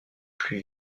plus